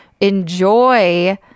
enjoy